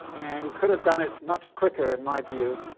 and he could have done it much quicker in my view.